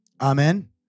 Amen